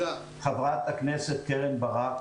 חברת הכנסת קרן ברק.